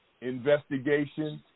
investigations